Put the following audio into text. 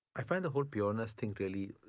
i find the whole pureness thing really.